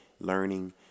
learning